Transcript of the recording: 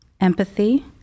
empathy